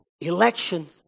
Election